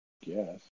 Yes